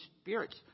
Spirit's